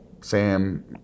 Sam